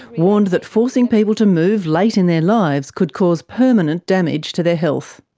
warned that forcing people to move late in their lives could cause permanent damage to their health.